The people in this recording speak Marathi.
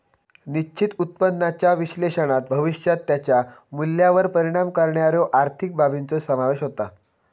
निश्चित उत्पन्नाच्या विश्लेषणात भविष्यात त्याच्या मूल्यावर परिणाम करणाऱ्यो आर्थिक बाबींचो समावेश होता